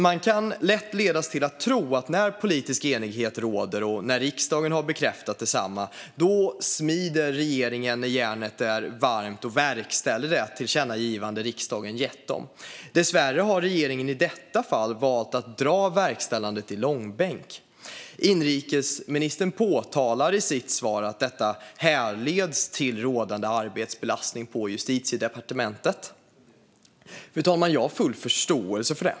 Man kan lätt ledas till att tro att när politisk enighet råder och när riksdagen har bekräftat detsamma, då smider regeringen när järnet är varmt och verkställer det tillkännagivande som riksdagen gett dem. Dessvärre har regeringen i detta fall valt att dra verkställandet i långbänk. Inrikesministern påpekar i sitt svar att detta härleds till rådande arbetsbelastning på Justitiedepartementet. Fru talman! Jag har full förståelse för det.